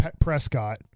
Prescott